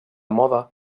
moda